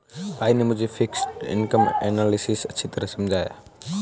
भाई ने मुझे फिक्स्ड इनकम एनालिसिस अच्छी तरह समझाया